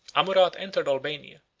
amurath entered albania